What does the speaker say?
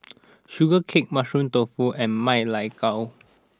Sugee Cake Mushroom Tofu and Ma Lai Gao